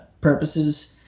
purposes